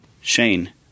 Shane